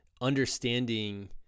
understanding